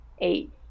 eight